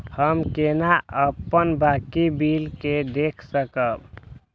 हम केना अपन बाकी बिल के देख सकब?